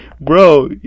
bro